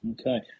okay